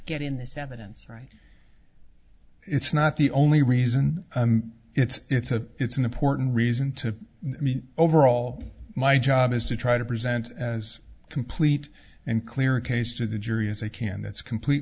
get in this evidence right it's not the only reason it's a it's an important reason to me overall my job is to try to present as complete and clear a case to the jury as i can that's complete